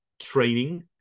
training